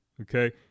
Okay